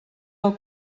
del